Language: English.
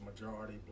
majority